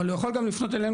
אבל הוא יכול גם לפנות אלינו,